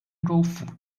州府